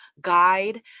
guide